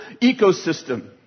ecosystem